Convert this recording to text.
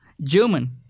German